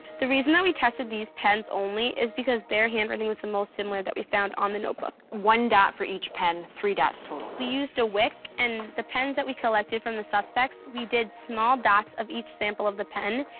the reason that we tested these pens only is because their handwriting is the most similar that we found on the notebook. one dot for each pen, three dots total. we used a wick, and the pens that we collected from the suspects, we did small dots of each sample of the pen,